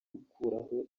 gukuraho